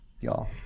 y'all